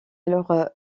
alors